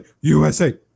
USA